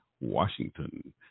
Washington